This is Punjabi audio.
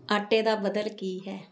ਆਟੇ ਦਾ ਬਦਲ ਕੀ ਹੈ